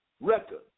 record